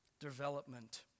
development